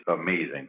amazing